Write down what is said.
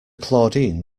claudine